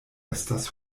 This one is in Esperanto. estas